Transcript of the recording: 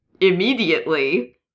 immediately